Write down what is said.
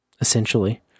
essentially